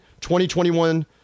2021